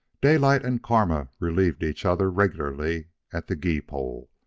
daylight and kama relieved each other regularly at the gee-pole,